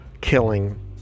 killing